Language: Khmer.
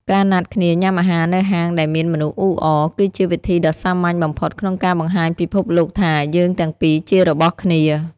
ការណាត់គ្នាញ៉ាំអាហារនៅហាងដែលមានមនុស្សអ៊ូអរ គឺជាវិធីដ៏សាមញ្ញបំផុតក្នុងការបង្ហាញពិភពលោកថា «យើងទាំងពីរជារបស់គ្នា»។